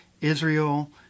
Israel